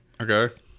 Okay